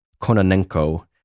Kononenko